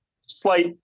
slight